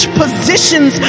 positions